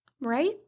right